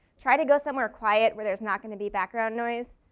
try to go somewhere quiet where there's not going to be background noise.